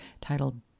titled